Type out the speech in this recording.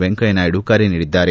ವೆಂಕಯ್ಲನಾಯ್ದು ಕರೆ ನೀಡಿದ್ದಾರೆ